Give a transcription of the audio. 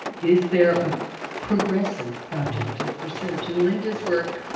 is there a progressive project of research? and linda's work.